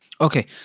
Okay